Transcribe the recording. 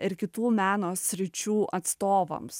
ir kitų meno sričių atstovams